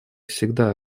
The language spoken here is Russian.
всегда